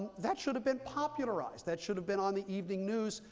that should have been popularized. that should have been on the evening news.